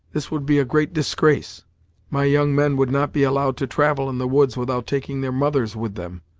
this would be a great disgrace my young men would not be allowed to travel in the woods without taking their mothers with them,